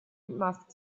must